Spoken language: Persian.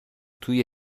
توی